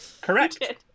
Correct